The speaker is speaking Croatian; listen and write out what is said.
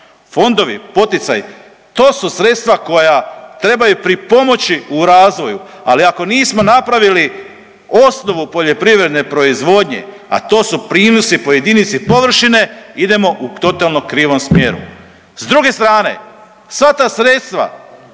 Fondovi, poticaj to su sredstva koja trebaju pripomoći u razvoju ali ako nismo napravili osnovu poljoprivredne proizvodnje, a to su prinosi po jedinici površine idemo u totalno krivom smjeru. S druge strane sve ta sredstva